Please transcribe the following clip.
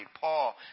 Paul